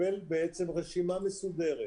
לקבל רשימה מסודרת